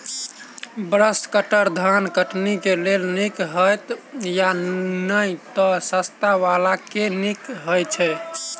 Brush cutter धान कटनी केँ लेल नीक हएत या नै तऽ सस्ता वला केँ नीक हय छै?